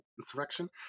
insurrection